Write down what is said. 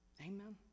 Amen